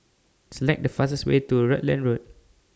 Select The fastest Way to Rutland Road